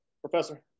Professor